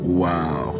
wow